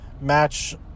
match